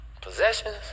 possessions